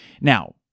Now